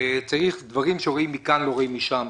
דברים שרואים מכאן לא רואים משם.